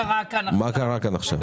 זו לקונה מתחילת ההחלטה הזאת.